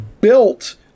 built